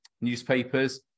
newspapers